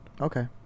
Okay